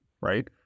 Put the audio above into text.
right